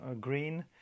green